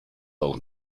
auch